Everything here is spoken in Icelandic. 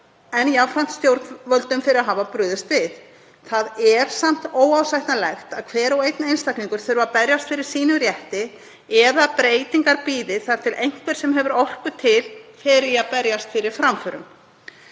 en jafnframt stjórnvöldum fyrir að hafa brugðist við. Það er samt óásættanlegt að hver og einn einstaklingur þurfi að berjast fyrir sínum rétti eða að breytingar bíði þar til einhver sem hefur orku til fer í að berjast fyrir framförum.